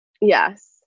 Yes